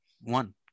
one